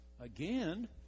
again